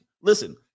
listen